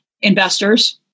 investors